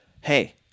hey